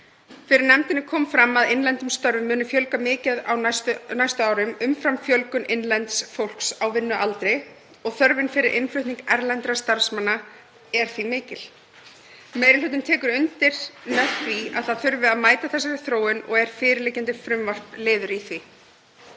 Fyrir nefndinni kom fram að innlendum störfum muni fjölga mjög mikið á næstu árum, umfram fjölgun innlends fólks á vinnualdri og þörfin fyrir innflutning erlendra starfsmanna því mikil. Meiri hlutinn tekur undir að það að mæta þurfi þessari þróun og er fyrirliggjandi frumvarp liður í því.